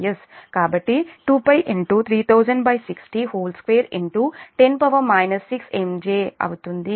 కాబట్టి2 π3000602 10 6 MJ అవుతుంది